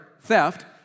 theft